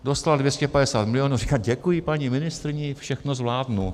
Dostal 250 mil., říká: děkuji paní ministryni, všechno zvládnu.